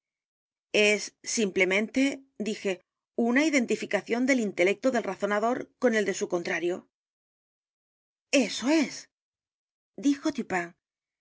s simplemente dije una identificación del intedel razonador con el de su contrario eso es dijo